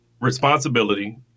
responsibility